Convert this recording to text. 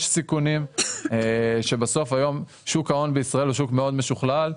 יש סיכונים שבסוף היום שוק ההון בישראל הוא שוק מאוד משוכלל.